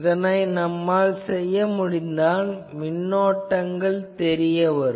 இதனை நம்மால் செய்ய முடிந்தால் மின்னோட்டங்கள் தெரிய வரும்